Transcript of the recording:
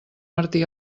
martí